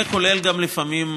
כולל לפעמים,